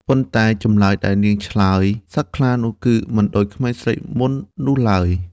ប៉ុន្តែ ចម្លើយដែលនាងឆ្លើយសត្វខ្លានោះគឺមិនដូចក្មេងស្រីមុននោះឡើយ។